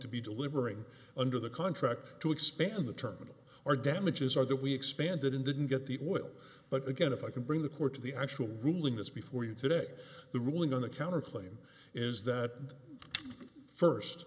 to be delivering under the contract to expand the terminal or damages or that we expanded in didn't get the oil but again if i can bring the court to the actual ruling that's before you today the ruling on the counter claim is that first